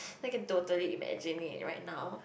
I can totally imagine it right now